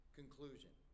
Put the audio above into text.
conclusion